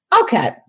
Okay